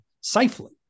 safely